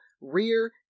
rear